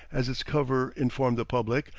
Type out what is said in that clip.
as its cover informed the public,